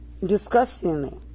Disgustingly